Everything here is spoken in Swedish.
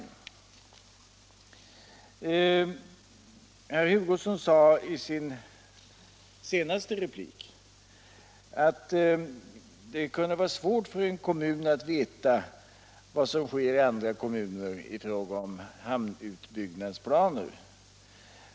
Herr Hugosson sade i sin senaste replik att det kunde bli svårt för en kommun att veta vad som sker i andra kommuner i fråga om hamnutbyggnadsplaner.